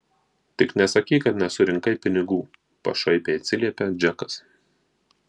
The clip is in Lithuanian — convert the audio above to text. tik nesakyk kad nesurinkai pinigų pašaipiai atsiliepia džekas